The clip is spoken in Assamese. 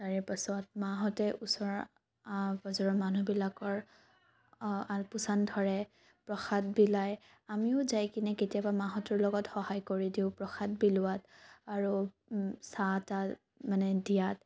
তাৰে পিছত মাঁহতে ওচৰৰ পাজৰৰ মানুহবিলাকৰ আলপৈচান ধৰে প্ৰসাদ বিলায় আমিও যাই কেনে কেতিয়াবা মাঁহতৰ লগত সহায় কৰি দিওঁ প্ৰসাদ বিলোৱাত আৰু চাহ তাহ মানে দিয়াত